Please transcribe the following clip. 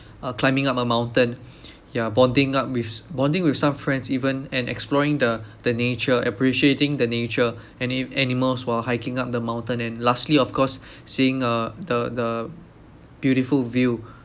uh climbing up a mountain ya bonding up with bonding with some friends even and exploring the the nature appreciating the nature ani~ animals while hiking up the mountain and lastly of course seeing uh the the beautiful view